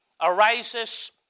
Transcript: arises